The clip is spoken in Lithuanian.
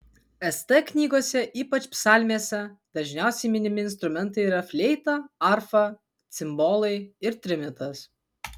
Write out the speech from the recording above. st knygose ypač psalmėse dažniausiai minimi instrumentai yra fleita arfa cimbolai ir trimitas